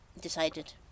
decided